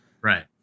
right